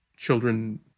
Children